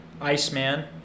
Iceman